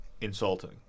insulting